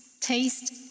Taste